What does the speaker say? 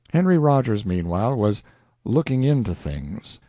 henry rogers, meanwhile, was looking into things.